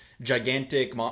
gigantic